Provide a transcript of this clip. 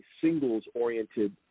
singles-oriented